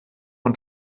und